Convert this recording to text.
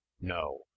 No